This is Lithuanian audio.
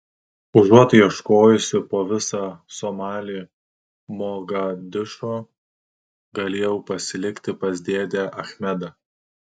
užuot ieškojusi po visą somalį mogadišo galėjau pasilikti pas dėdę achmedą